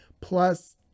plus